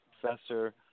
professor